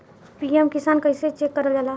PM Kisan कइसे check करल जाला?